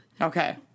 Okay